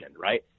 right